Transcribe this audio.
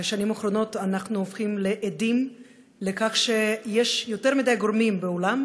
בשנים האחרונות אנחנו הופכים עדים לכך שיש יותר מדי גורמים בעולם,